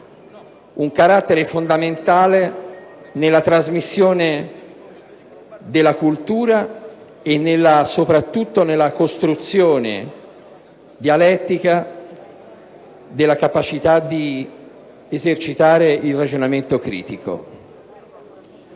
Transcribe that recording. un carattere fondamentale nella trasmissione della cultura e soprattutto nella costruzione dialettica della capacità di esercitare il ragionamento critico.